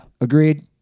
Agreed